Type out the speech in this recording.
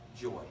joy